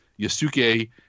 Yasuke